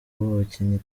abakinnyi